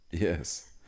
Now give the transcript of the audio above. Yes